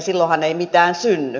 silloinhan ei mitään synny